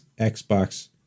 Xbox